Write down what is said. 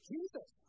Jesus